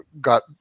got